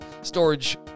storage